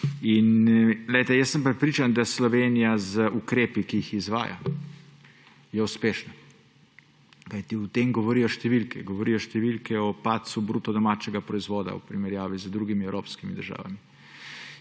In glejte, prepričan sem, da Slovenija z ukrepi, ki jih izvaja, je uspešna. Kajti o tem govorijo številke, govorijo številke o padcu bruto domačega proizvoda v primerjavi z drugimi evropskimi državami.